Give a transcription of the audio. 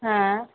हां